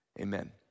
amen